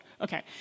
okay